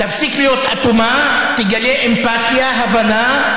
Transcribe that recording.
תפסיק להיות אטומה ותגלה אמפתיה, הבנה,